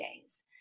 days